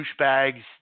douchebags